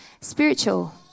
spiritual